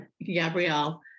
Gabrielle